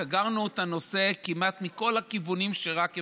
סגרנו את הנושא כמעט מכל הכיוונים שרק אפשר.